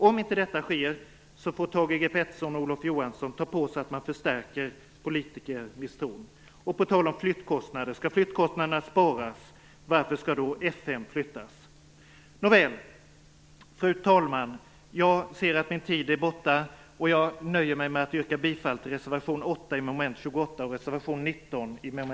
Om inte detta sker får Thage G Peterson och Olof Johansson ta på sig att politikermisstron förstärks. Och på tal om flyttkostnader: Om man skall spara på flyttkostnader, varför skall då F 5 flyttas? Fru talman! Jag ser att min taletid är slut. Jag nöjer mig med att yrka bifall till reservation 8 vid mom.